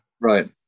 right